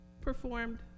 performed